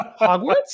Hogwarts